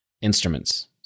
instruments